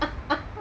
(uh huh)